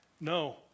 No